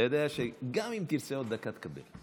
אתה יודע שגם אם תרצה עוד דקה, תקבל.